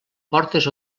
portes